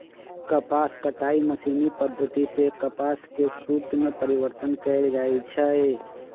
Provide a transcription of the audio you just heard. कपास कताई मशीनी पद्धति सेए कपास के सुत में परिवर्तन कएल जाइ छइ